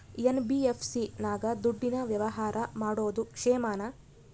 NBFC ನಾಗ ದುಡ್ಡಿನ ವ್ಯವಹಾರ ಮಾಡೋದು ಕ್ಷೇಮಾನ?